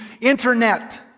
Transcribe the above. internet